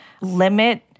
limit